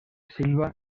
silba